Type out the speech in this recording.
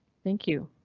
thank you.